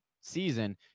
season